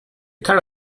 car